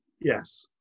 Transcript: Yes